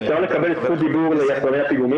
אפשר לקבל זכות דיבור לאתרי הפיגומים?